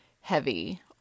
heavy